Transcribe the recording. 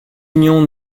union